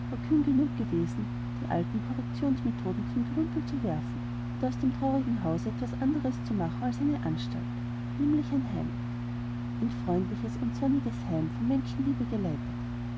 genug gewesen die alten korrektionsmethoden zum gerümpel zu werfen und aus dem traurigen hause etwas anderes zu machen als eine anstalt nämlich ein heim ein freundliches und sonniges heim von menschenliebe geleitet